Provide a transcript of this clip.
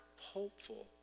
hopeful